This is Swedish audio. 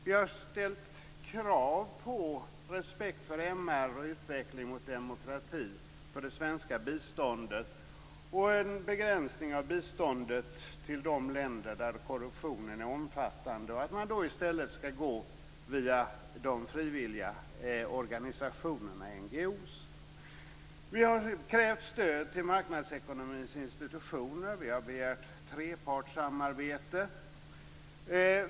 Vi har ställt krav på respekt för MR och utveckling mot demokrati för det svenska biståndet och en begränsning av biståndet till de länder där korruptionen är omfattande. Vi föreslår att man i stället skall gå via de frivilliga organisationerna, NGO:erna. Vi har krävt stöd till marknadsekonomins institutioner. Vi har begärt trepartssamarbete.